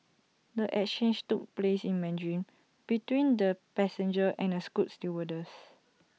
the exchange took place in Mandarin between the passenger and A scoot stewardess